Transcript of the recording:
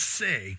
say